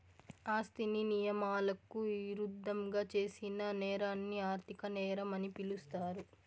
ఆస్తిని నియమాలకు ఇరుద్దంగా చేసిన నేరాన్ని ఆర్థిక నేరం అని పిలుస్తారు